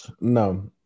no